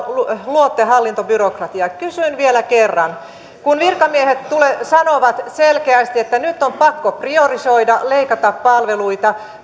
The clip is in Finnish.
luotte hallintobyrokratiaa kysyn vielä kerran kun virkamiehet sanovat selkeästi että nyt on pakko priorisoida leikata palveluita